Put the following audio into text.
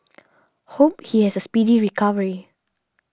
hope he has a speedy recovery